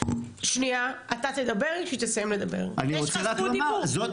אתה תדבר כשהיא תסיים לדבר, יש לך זכות דיבור.